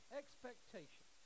expectation